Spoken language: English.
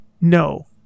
No